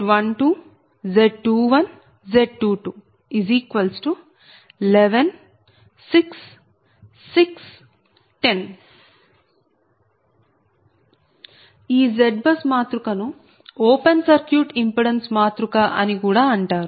ZBUSZ11 Z12 Z21 Z22 11 6 6 10 ఈ ZBUS మాతృక ను ఓపెన్ సర్క్యూట్ ఇంపిడెన్స్ మాతృక అని కూడా అంటారు